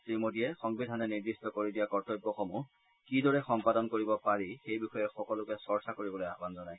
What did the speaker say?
শ্ৰীমোদীয়ে সংবিধানে নিৰ্দিষ্ট কৰি দিয়া কৰ্তব্যসমূহ কিদৰে সম্পাদন কৰিব পাৰি সেই বিষয়ে সকলোকে চৰ্চা কৰিবলৈ আহান জনায়